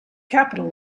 capital